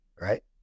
right